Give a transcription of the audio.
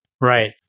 Right